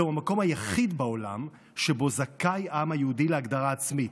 זהו המקום היחיד בעולם שבו זכאי העם היהודי להגדרה עצמית.